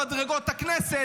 במדרגות הכנסת,